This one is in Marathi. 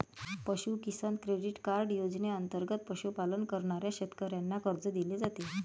पशु किसान क्रेडिट कार्ड योजनेंतर्गत पशुपालन करणाऱ्या शेतकऱ्यांना कर्ज दिले जाते